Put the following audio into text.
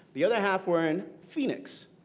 the other half were in phoenix.